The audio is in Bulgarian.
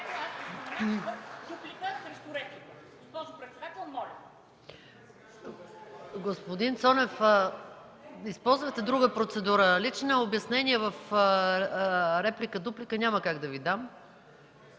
Господин Цонев, използвайте друга процедура. Лични обяснения в реплика-дуплика няма как да Ви дам.